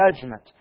judgment